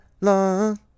long